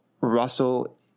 Russell